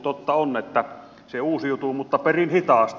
totta on että se uusiutuu mutta perin hitaasti